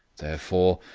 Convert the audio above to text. therefore,